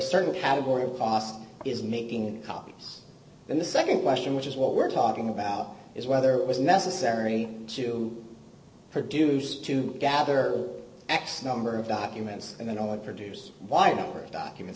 certain category of cost is making copies then the nd question which is what we're talking about is whether it was necessary to produce to gather x number of documents and then only produce wigner documents